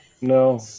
No